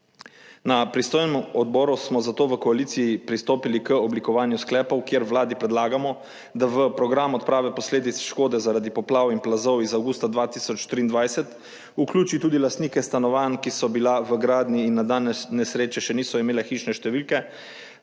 Na pristojnem odboru smo zato v koaliciji pristopili k oblikovanju sklepov, kjer Vladi predlagamo, da v program odprave posledic škode zaradi poplav in plazov iz avgusta 2023 vključi tudi lastnike stanovanj, ki so bila v gradnji in na dan nesreče še niso imele hišne številke,